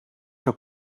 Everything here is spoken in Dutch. zou